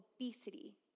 obesity